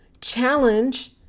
challenge